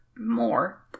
more